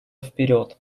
вперед